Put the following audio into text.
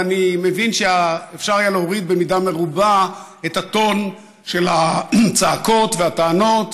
ואני מבין שאפשר היה להוריד במידה מרובה את הטון של הצעקות והטענות,